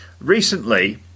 recently